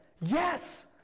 yes